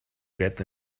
get